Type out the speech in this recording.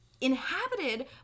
inhabited